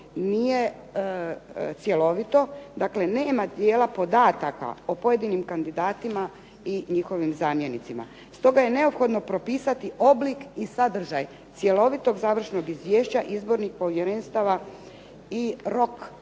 nije cjelovito, dakle nema dijela podataka o pojedinim kandidatima i njihovim zamjenicima. Stoga je neophodno propisati oblik i sadržaj cjelovitog završnog izvješća izbornih povjerenstava i rok